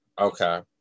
Okay